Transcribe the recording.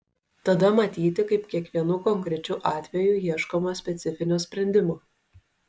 tada matyti kaip kiekvienu konkrečiu atveju ieškoma specifinio sprendimo